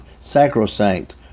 sacrosanct